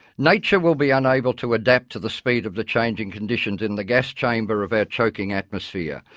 nature will be unable to adapt to the speed of the changing conditions in the gas chamber of our choking atmosphere.